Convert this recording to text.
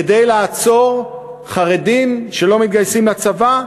כדי לעצור חרדים שלא מתגייסים לצבא?